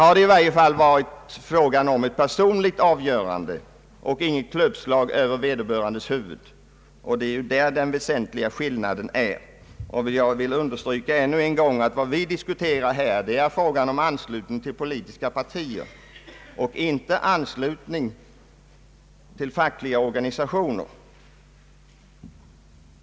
I ett sådant fall är det ju fråga om ett personligt avgörande och inte något klubbslag över vederbörandes huvud, och det är där den väsentliga skillnaden ligger. Jag vill ännu en gång understryka att vad vi här diskuterar är frågan om sättet för anslutning till politiska partier och då kollektiv sådan och inte anslutning till fackliga organisationer.